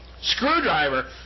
Screwdriver